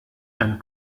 and